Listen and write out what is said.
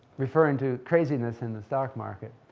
referring to craziness in the stock market.